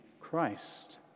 Christ